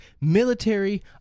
military